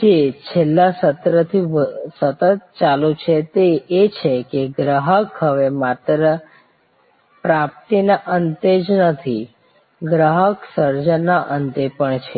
જે છેલ્લા સત્રથી સતત ચાલુ છે તે એ છે કે ગ્રાહક હવે માત્ર પ્રાપ્તિના અંતે જ નથી ગ્રાહક સર્જનના અંતે પણ છે